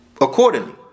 accordingly